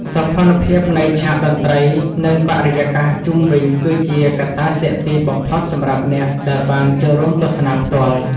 សោភ័ណភាពនៃឆាកតន្ត្រី និង បរិយាកាសជុំវិញគឺជាកត្តាទាក់ទាញបំផុតសម្រាប់អ្នកដែលបានចូលរួមទស្សនាផ្ទាល់។